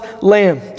lamb